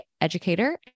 educator